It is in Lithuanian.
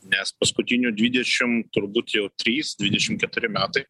nes paskutinių dvidešim turbūt jau trys dvidešim keturi metai